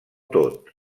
tot